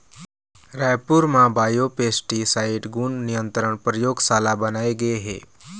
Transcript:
रायपुर म बायोपेस्टिसाइड गुन नियंत्रन परयोगसाला बनाए गे हे